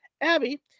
Abby